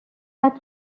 pas